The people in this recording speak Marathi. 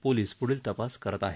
पोलीस प्ढील तपास करत आहेत